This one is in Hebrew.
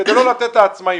כדי לא לתת לעצמאים.